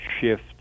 shift